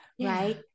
right